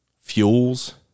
fuels